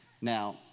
Now